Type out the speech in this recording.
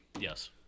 Yes